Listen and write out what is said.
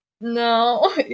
No